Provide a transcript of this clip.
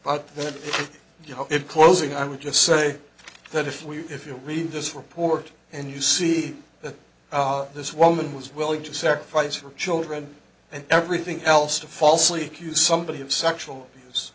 know it closing i would just say that if we if you read this report and you see that this woman was willing to sacrifice her children and everything else to falsely accuse somebody of sexual abuse